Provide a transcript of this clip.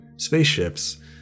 spaceships